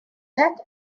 back